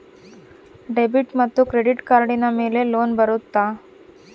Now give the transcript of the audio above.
Debit ಮತ್ತು credit ಕಾರ್ಡಿನ ಮೇಲೆ ಲೋನ್ ಬರುತ್ತಾ?